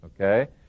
okay